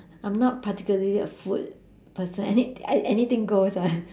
I'm not particularly a food person any~ a~ anything goes [one]